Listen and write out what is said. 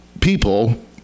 people